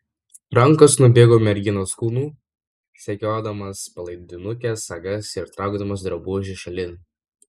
rankos nubėgo merginos kūnu segiodamos palaidinukės sagas ir traukdamos drabužį šalin